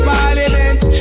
Parliament